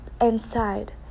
inside